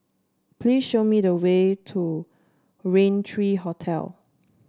please show me the way to Rain three Hotel